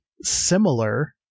similar